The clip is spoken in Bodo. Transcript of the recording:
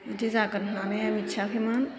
बेदि जागोन होननानै आं मिथियाखैमोन